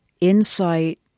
insight